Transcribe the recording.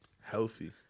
Healthy